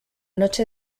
noche